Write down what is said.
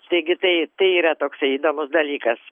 taigi tai tai yra toksai įdomus dalykas